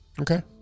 Okay